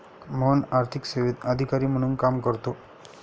मोहन आर्थिक सेवेत अधिकारी म्हणून काम करतो